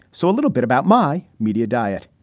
so a little bit about my media diet.